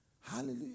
Hallelujah